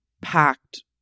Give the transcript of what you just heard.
Packed